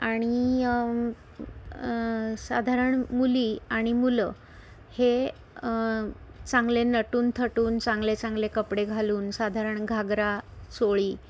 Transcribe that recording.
आणि साधारण मुली आणि मुलं हे चांगले नटून थटून चांगले चांगले कपडे घालून साधारण घागरा चोळी